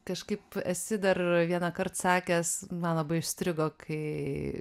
kažkaip esi dar vienąkart sakęs man labai užstrigo kai